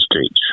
States